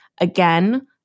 Again